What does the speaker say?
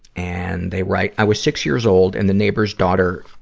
and, they write, i was six years old, and the neighbor's daughter